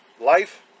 life